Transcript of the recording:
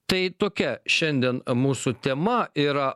tai tokia šiandien mūsų tema yra